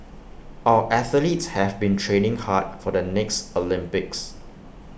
our athletes have been training hard for the next Olympics